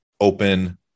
open